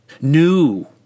new